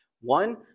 One